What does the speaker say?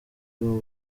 igomba